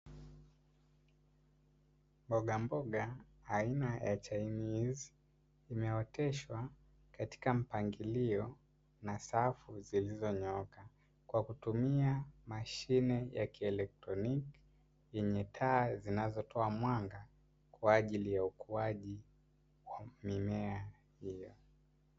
Mbogamboga aina ya chainizi zimeoteshwa katika mpangilio na safu zilizonyooka kwa kutumia mashine ya kielektroniki, yenye taa zinazotoa mwanga kwa ajili ya ukuaji wa mimea hiyo.